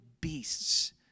beasts